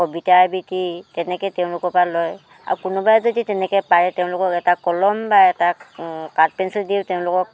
কবিতা আবৃত্তি তেনেকৈ তেওঁলোকক আৰু লয় আৰু কোনোবাই যদি তেনেকৈ পাৰে তেওঁলোকক এটা কলম বা এটা কাঠপেঞ্চিল দিওঁ তেওঁলোকক